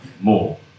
more